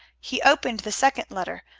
he opened the second letter,